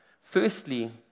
Firstly